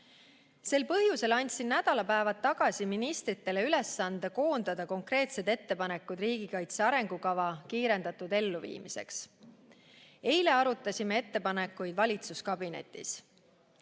Sel põhjusel andsin nädalapäevad tagasi ministritele ülesande koondada konkreetsed ettepanekud riigikaitse arengukava kiirendatud elluviimiseks. Eile arutasime ettepanekuid valitsuskabinetis.